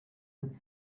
with